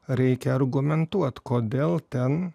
reikia argumentuot kodėl ten